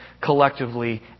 collectively